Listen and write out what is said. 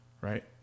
Right